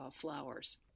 flowers